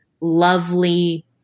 lovely